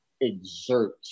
exert